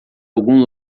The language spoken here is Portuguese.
algum